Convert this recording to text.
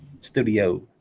studio